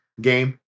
game